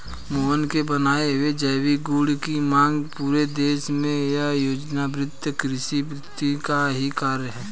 मोहन के बनाए हुए जैविक गुड की मांग पूरे देश में यह योजनाबद्ध कृषि विपणन का ही कार्य है